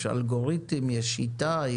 יש אלגוריתם, יש שיטה?